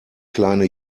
kleine